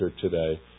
today